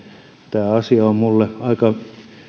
tämä asia on minulle aika